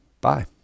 Bye